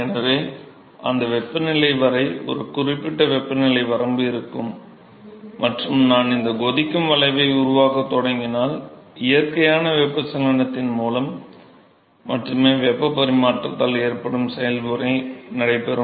எனவே அந்த வெப்பநிலை வரை ஒரு குறிப்பிட்ட வெப்பநிலை வரம்பு இருக்கும் மற்றும் நான் இந்த கொதிக்கும் வளைவை உருவாக்கத் தொடங்கினால் இயற்கையான வெப்பச்சலனத்தின் மூலம் மட்டுமே வெப்ப பரிமாற்றத்தால் ஏற்படும் செயல்முறை நடைபெறும்